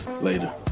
Later